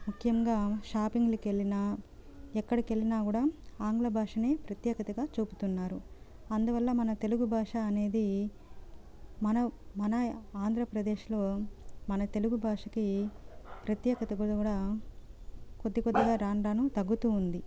ముఖ్యంగా షాపింగ్లకెళ్ళినా ఎక్కడికెళ్లినా కూడా ఆంగ్ల భాషనే ప్రత్యేకతగా చూపుతున్నారు అందువల్ల మన తెలుగు భాష అనేది మన మన ఆంధ్రప్రదేశ్లో మన తెలుగు భాషకి ప్రత్యేకతను కూడా కొద్దికొద్దిగా రాను రాను తగ్గుతూ ఉంది